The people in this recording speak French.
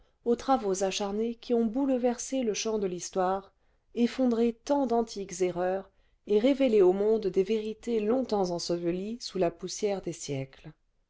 aux travaux acharnés qui ont bouleversé le champ de l'histoire effondré tant d'antiques erreurs et révélé au monde des vérités longtemps ensevelies sous la poussière des siècles